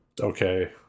Okay